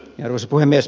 arvoisa puhemies